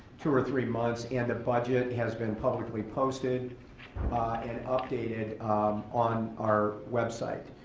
two or three months and the budget has been publicly posted and updated on our website.